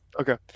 Okay